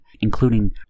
including